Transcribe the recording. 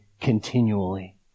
continually